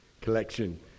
collection